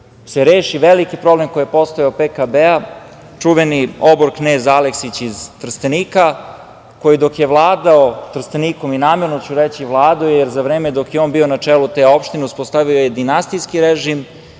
se reši veliki problem koji je postojao PKB, čuveni obor knez Aleksić iz Trstenika, koji dok je vladao Trstenikom, namerno ću reći vladao, jer za vreme dok je on bio na čelu te opštine uspostavio je dinastijski režim,